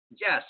yes